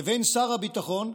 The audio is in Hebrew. לבין שר הביטחון,